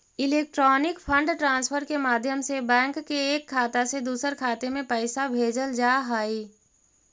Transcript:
electronic fund transfer के माध्यम से बैंक के एक खाता से दूसर खाते में पैइसा भेजल जा हइ